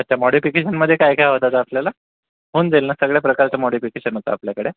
अच्छा मॉडेफिकेशनमध्ये काय काय हवं होतं सर आपल्याला होऊन जाईल ना सगळ्या प्रकारचं मॉडेफिकेशन होतं आपल्याकडे